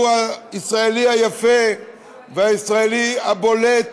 והוא הישראלי היפה והישראלי הבולט